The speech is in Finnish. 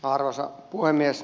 arvoisa puhemies